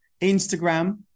Instagram